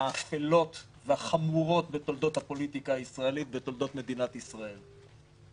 מהאפלות והחמורות בתולדות הפוליטיקה הישראלית ותולדות מדינת ישראל.